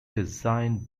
designed